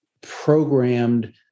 programmed